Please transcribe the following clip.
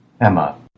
Emma